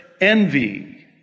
envy